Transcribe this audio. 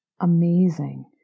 amazing